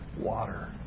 water